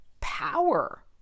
power